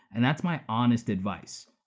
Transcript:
and that's my honest advice.